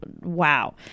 wow